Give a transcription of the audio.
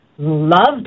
loved